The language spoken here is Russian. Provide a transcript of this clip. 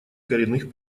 коренных